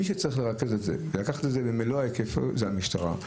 מי שצריך לרכז את זה ולקחת את זה במלוא התפקוד הוא המשטרה,